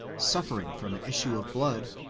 suffering from an issue of blood,